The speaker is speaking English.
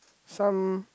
some